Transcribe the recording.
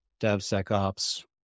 DevSecOps